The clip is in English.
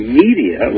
media